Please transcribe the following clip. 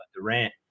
Durant